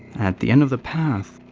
at the end of the path,